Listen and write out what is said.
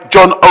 John